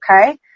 okay